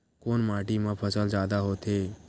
कोन माटी मा फसल जादा होथे?